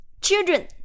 Children